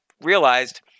realized